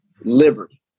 liberty